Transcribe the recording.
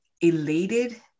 elated